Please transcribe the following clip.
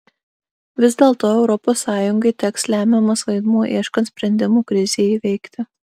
vis dėlto europos sąjungai teks lemiamas vaidmuo ieškant sprendimų krizei įveikti